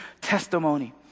testimony